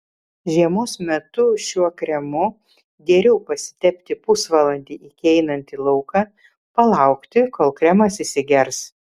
žiemos metu šiuo kremu geriau pasitepti pusvalandį iki einant į lauką palaukti kol kremas įsigers